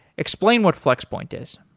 explain what flex point is.